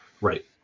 right